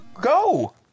go